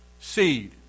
seed